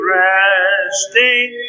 resting